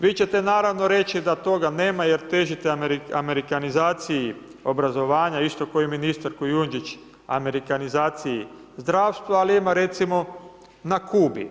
Vi ćete naravno reći da toga nema jer težite amerikanizaciji obrazovanja isto ako ministar Kujundžić amerikanizaciji zdravstva, ali ima recimo na Kubi.